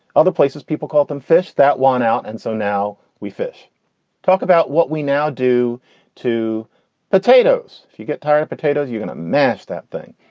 other places people call them fish that won out. and so now we fish talk about what we now do to potatoes. if you get tired potatoes, you're going to mash that thing.